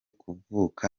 kuvuka